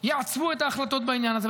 יעצבו את ההחלטות בעניין זה.